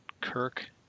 Kirk